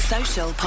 Social